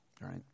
right